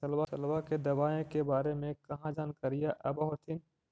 फसलबा के दबायें के बारे मे कहा जानकारीया आब होतीन?